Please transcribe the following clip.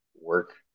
work